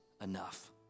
enough